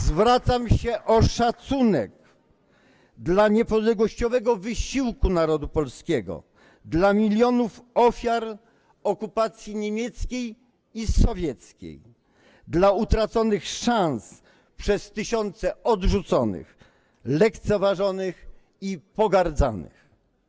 Zwracam się o szacunek dla niepodległościowego wysiłku narodu polskiego, dla milionów ofiar okupacji niemieckiej i sowieckiej, dla utraconych szans przez tysiące odrzuconych, lekceważonych i pogardzanych.